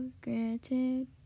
granted